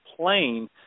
plane